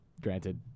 granted